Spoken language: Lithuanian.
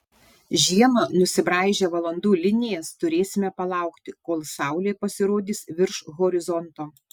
žiemą nusibraižę valandų linijas turėsime palaukti kol saulė pasirodys virš horizonto